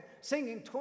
singing